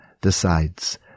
decides